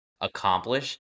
accomplish